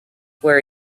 where